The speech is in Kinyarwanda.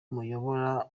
muyobora